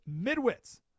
midwits